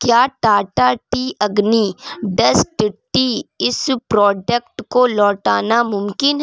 کیا Tata tea Agni dust tea اس product کو لوٹانا ممکن ہے